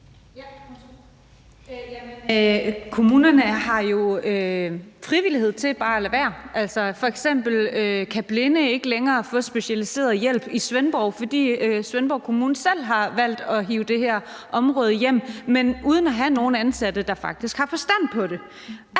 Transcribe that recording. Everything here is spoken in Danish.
Kommunerne har jo mulighed for bare at lade være. Det er frivilligt. F.eks. kan blinde ikke længere få specialiseret hjælp i Svendborg, fordi Svendborg Kommune selv har valgt at give det her område hjem, men uden at have nogen ansatte, der faktisk har forstand på det.